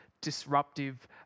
disruptive